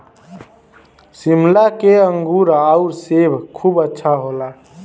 शिमला के अंगूर आउर सेब खूब अच्छा होला